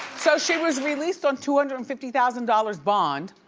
so she was released on two hundred and fifty thousand dollars bond,